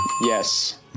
yes